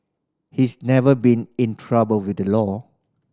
he's never been in trouble with the law